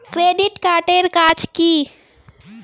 Credit card এর কাজ কি?